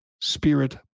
spirit